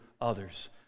others